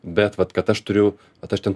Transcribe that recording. bet vat kad aš turiu vat aš ten